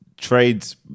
trades